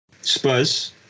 Spurs